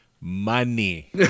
money